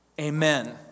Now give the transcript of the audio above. Amen